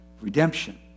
redemption